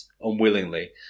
unwillingly